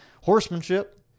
horsemanship